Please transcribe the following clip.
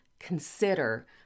consider